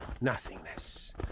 nothingness